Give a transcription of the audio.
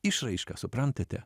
išraiška suprantate